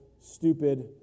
stupid